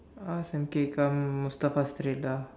ask M_K come Mustafa straight [da]